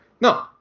No